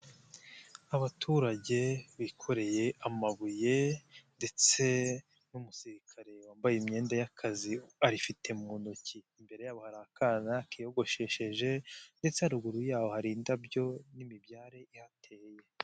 Abaturage bikoreye amabuye ndetse n'umusirikare wambaye imyenda y'akazi arifite mu ntoki, imbere yabo hari akana kiyogoshesheje ndetse haruguru y'aho hari indabyo n'imibyari ihateye.